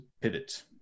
pivot